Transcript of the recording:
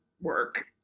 work